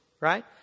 right